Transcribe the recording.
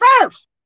first